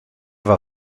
war